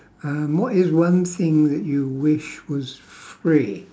um what is one thing that you wish was free